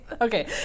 Okay